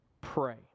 pray